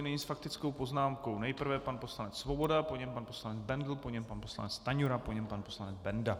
Nyní s faktickou poznámkou nejprve pan poslanec Svoboda, po něm pan poslanec Bendl, po něm pan poslanec Stanjura, po něm pan poslanec Benda.